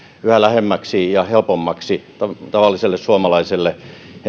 yhä lähemmäksi ja helpommaksi tavalliselle suomalaiselle